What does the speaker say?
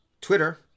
Twitter